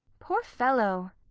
poor fellow!